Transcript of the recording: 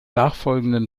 nachfolgenden